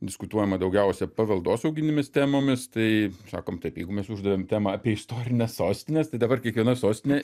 diskutuojama daugiausia paveldosauginėmis temomis tai sakom taip jeigu mes uždavėm temą apie istorines sostines tai dabar kiekviena sostinė